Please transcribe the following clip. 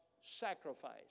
sacrifice